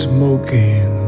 Smoking